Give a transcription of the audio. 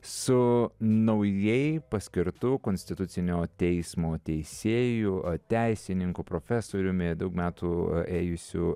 su naujai paskirtu konstitucinio teismo teisėju o teisininkų profesoriumi daug metų ėjusiu